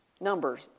Numbers